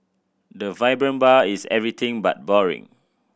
the vibrant bar is everything but boring